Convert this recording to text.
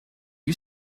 you